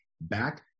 back